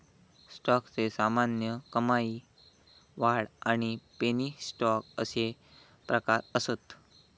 स्टॉकचे सामान्य, कमाई, वाढ आणि पेनी स्टॉक अशे प्रकार असत